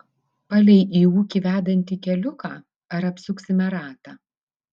palei į ūkį vedantį keliuką ar apsuksime ratą